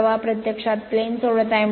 प्रवाह प्रत्यक्षात प्लेन सोडत आहे